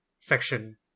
fiction